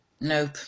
Nope